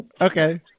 Okay